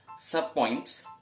sub-points